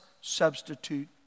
substitute